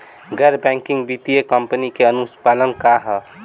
गैर बैंकिंग वित्तीय कंपनी के अनुपालन का ह?